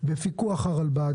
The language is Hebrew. בפיקוח הרלב"ד,